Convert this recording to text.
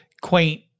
quaint